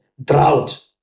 drought